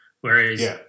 Whereas